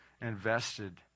invested